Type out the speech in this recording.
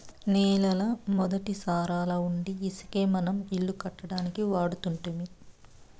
నేలల మొదటి సారాలవుండీ ఇసకే మనం ఇల్లు కట్టడానికి వాడుతుంటిమి